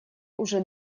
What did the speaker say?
уже